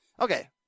okay